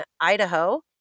Idaho